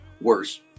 worse